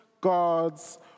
God's